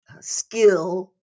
skill